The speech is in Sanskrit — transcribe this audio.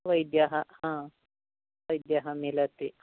वैद्य हा वैद्य मिलति